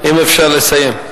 אם אפשר לסיים.